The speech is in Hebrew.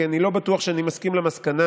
כי אני לא בטוח שאני מסכים למסקנה,